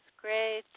great